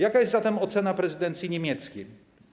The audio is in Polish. Jaka jest zatem ocena prezydencji niemieckiej?